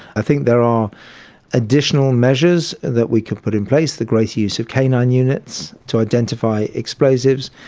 i think there are additional measures that we could put in place the greater use of canine units to identify explosives,